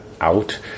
out